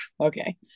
okay